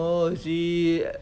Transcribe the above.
no see